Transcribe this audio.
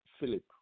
Philip